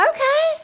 Okay